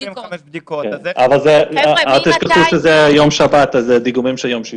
אל תשכחו שזה היה יום שבת אז זה דיגומים של יום שישי.